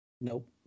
nope